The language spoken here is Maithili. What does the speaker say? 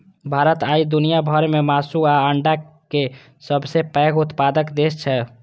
भारत आइ दुनिया भर मे मासु आ अंडाक सबसं पैघ उत्पादक देश छै